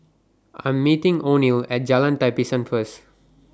I Am meeting Oneal At Jalan Tapisan First